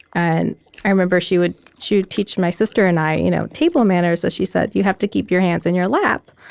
and i remember she would she would teach my sister and i you know table manners, so she said, you have to keep your hands in your lap,